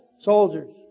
soldiers